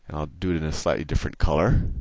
i'll do it in a slightly different color.